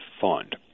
Fund